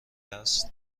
است